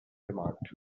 remarked